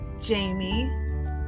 Jamie